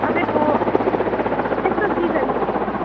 तपाईँको त्यस्तो सिजन छैन